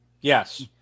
Yes